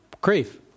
grief